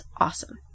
awesome